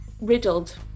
riddled